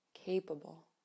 capable